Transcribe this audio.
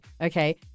okay